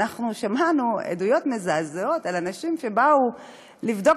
אנחנו שמענו עדויות מזעזעות על אנשים שבאו לבדוק